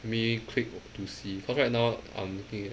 let me click to see to cause right now I'm looking at